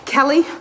Kelly